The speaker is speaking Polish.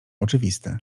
oczywiste